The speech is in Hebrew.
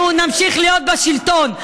אנחנו נמשיך להיות בשלטון.